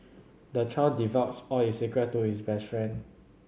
the child divulged all his secret to his best friend